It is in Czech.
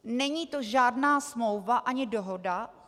Není to žádná smlouva ani dohoda.